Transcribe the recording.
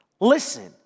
Listen